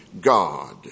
God